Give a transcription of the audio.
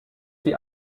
sie